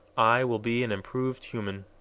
i will be an improved human.